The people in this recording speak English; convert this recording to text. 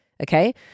Okay